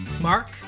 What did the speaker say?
Mark